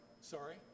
Sorry